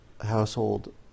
household